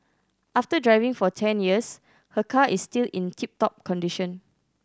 after driving for ten years her car is still in tip top condition